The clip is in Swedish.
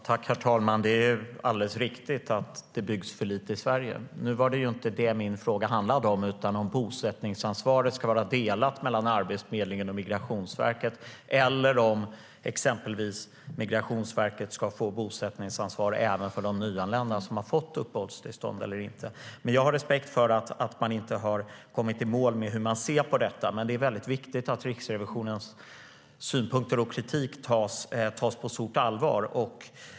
Herr talman! Det är alldeles riktigt att det byggs för lite i Sverige. Nu var det inte detta min fråga handlade om utan om huruvida bosättningsansvaret ska vara delat mellan Arbetsförmedlingen och Migrationsverket eller om exempelvis Migrationsverket ska få bosättningsansvar även för de nyanlända som har fått uppehållstillstånd. Men jag har respekt för att man inte har kommit i mål med hur man ser på detta. Det är dock väldigt viktigt att Riksrevisionens synpunkter och kritik tas på stort allvar.